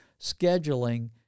scheduling